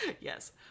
Yes